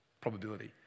probability